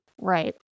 Right